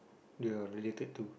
the related to